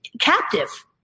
captive